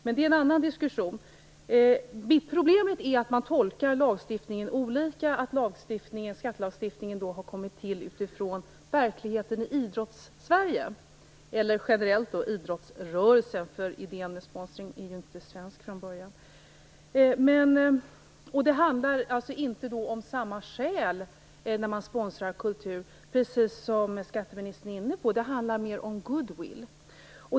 Men det är en annan diskussion. Problemet är att man tolkar lagstiftningen olika. Skattelagstiftningen har kommit till utifrån verkligheten i Idrottssverige, eller generellt i idrottsrörelsen, eftersom idén med sponsring ju inte är svensk från början. Det handlar inte om samma skäl när man sponsrar kultur, precis som skatteministern nämnde. Det handlar mer om goodwill.